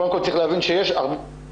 קודם כל, צריך להבין שיש הרבה